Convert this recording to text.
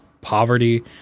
poverty